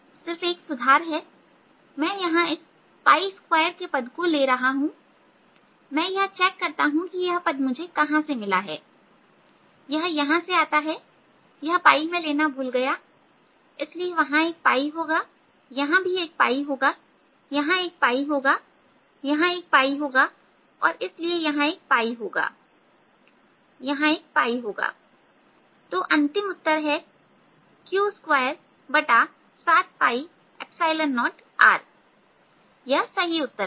सिर्फ एक सुधार है मैं यहां इस 2 के पद को ले रहा हूं मैं यह चेक करता हूं कि यह मुझे कहां से मिला यह यहां से आता है यह मैं लेना भूल गया इसलिए वहां एक होगा यहां भी एक होगा यहां एक होगा यहां एक होगा और इसलिए यहां एक होगा यहां एक होगा तो अंतिम उत्तर है Q27 0R यह सही उत्तर है